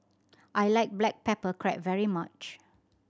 I like black pepper crab very much